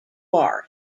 quarry